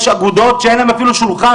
יש אגודות שאין להן אפילו שולחן,